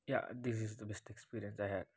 yeah this is the best experience I have